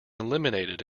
eliminated